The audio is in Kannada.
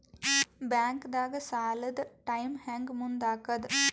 ಬ್ಯಾಂಕ್ದಾಗ ಸಾಲದ ಟೈಮ್ ಹೆಂಗ್ ಮುಂದಾಕದ್?